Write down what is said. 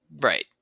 Right